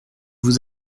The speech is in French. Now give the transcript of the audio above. vous